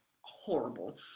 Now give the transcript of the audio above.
horrible